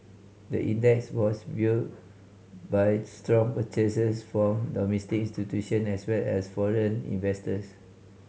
the index was by strong purchases from domestic institution as well as foreign investors